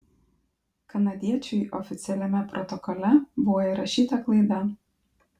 kanadiečiui oficialiame protokole buvo įrašyta klaida